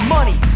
Money